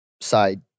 side